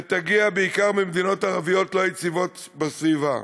ותגיע בעיקר ממדינות ערביות לא יציבות בסביבה.